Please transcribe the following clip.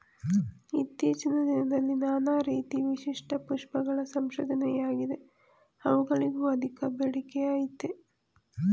ಇತ್ತೀಚಿನ ದಿನದಲ್ಲಿ ನಾನಾ ರೀತಿ ವಿಶಿಷ್ಟ ಪುಷ್ಪಗಳ ಸಂಶೋಧನೆಯಾಗಿದೆ ಅವುಗಳಿಗೂ ಅಧಿಕ ಬೇಡಿಕೆಅಯ್ತೆ